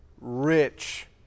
rich